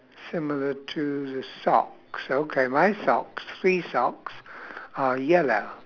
similar to the socks okay my socks three socks are yellow